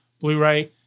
Blu-ray